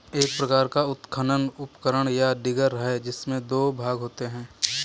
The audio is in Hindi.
एक प्रकार का उत्खनन उपकरण, या डिगर है, जिसमें दो भाग होते है